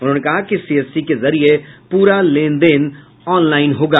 उन्होंने कहा कि सीएससी के जरिये पूरा लेन देन ऑनलाइन होगा